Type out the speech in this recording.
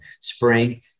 spring